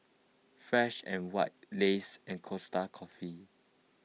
Fresh and White Lays and Costa Coffee